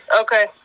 Okay